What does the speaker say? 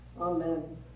Amen